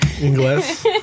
English